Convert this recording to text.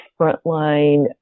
frontline